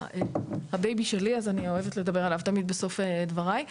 זה הבייבי שלי אז אני אוהבת לדבר עליו תמיד בסוף דבריי,